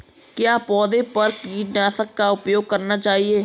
क्या पौधों पर कीटनाशक का उपयोग करना सही है?